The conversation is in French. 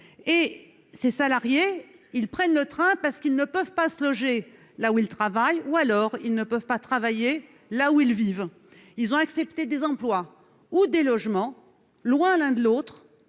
et ses salariés, ils prennent le train, parce qu'ils ne peuvent pas se loger là où il travaille, ou alors ils ne peuvent pas travailler là où ils vivent, ils ont accepté des emplois ou des logements loin l'un de l'autre